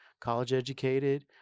college-educated